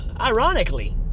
ironically